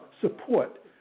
support